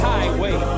Highway